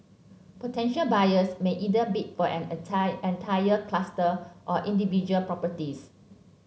potential buyers may either bid for an entire cluster or individual properties